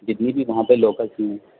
جتنی بھی وہاں پہ لوکل چیز ہیں